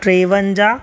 टेवंजाह